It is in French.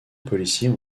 policiers